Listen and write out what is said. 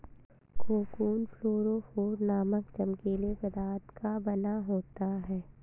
cocoon fluorophore नामक चमकीले पदार्थ का बना होता है